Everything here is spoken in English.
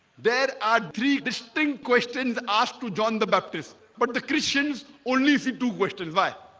there are three distinct questions asked to john the baptist but the christians only seem to question while